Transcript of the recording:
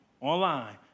online